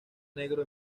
negro